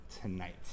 tonight